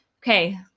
Okay